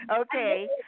Okay